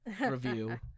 review